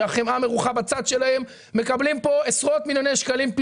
שהחמאה מרוחה בצד שלהם מקבלים פה עשרות מיליוני שקלים על